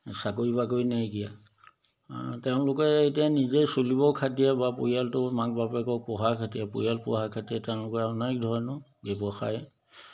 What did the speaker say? চাকৰি বাকৰি নাইকিয়া আ তেওঁলোকে এতিয়া নিজে চলিব খাতিৰত বা পৰিয়ালটো মাক বাপেকক পোহাৰ খাতিৰত পৰিয়াল পোহাৰ খাতিৰত তেওঁলোকে অনেক ধৰণৰ ব্যৱসায়